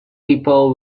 people